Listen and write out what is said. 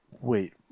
wait